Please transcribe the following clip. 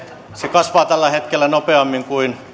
kasvaa tällä hetkellä nopeammin kuin